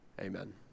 Amen